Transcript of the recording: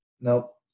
Nope